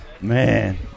Man